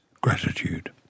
gratitude